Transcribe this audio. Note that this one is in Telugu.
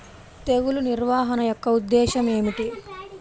తెగులు నిర్వహణ యొక్క ఉద్దేశం ఏమిటి?